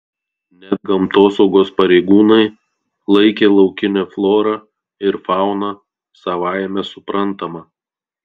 net gamtosaugos pareigūnai laikė laukinę florą ir fauną savaime suprantama